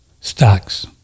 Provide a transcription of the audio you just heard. stocks